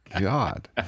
God